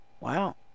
Wow